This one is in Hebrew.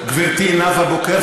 כל ההסתה הפרועה שלכם,